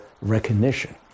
recognition